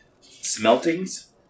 Smeltings